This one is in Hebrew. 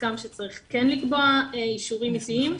כן צריך לקבוע אישורים עתיים,